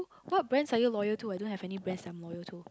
what brands are you loyal to I don't have and brands that I'm loyal to